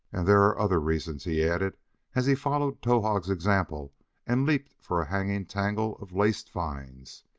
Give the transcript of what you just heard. and there are other reasons, he added as he followed towahg's example and leaped for a hanging tangle of laced vines.